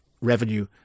revenue